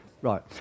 Right